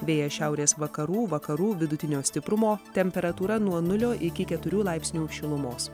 vėjas šiaurės vakarų vakarų vidutinio stiprumo temperatūra nuo nulio iki keturių laipsnių šilumos